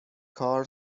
کار